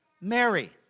Mary